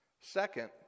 Second